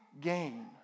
gain